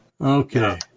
Okay